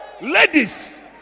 Ladies